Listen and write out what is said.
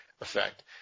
effect